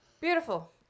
Beautiful